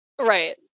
Right